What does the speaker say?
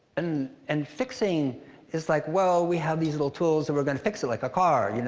and and fixing is like, well, we have these little tools and we're gonna fix it like a car. you know